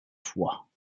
foi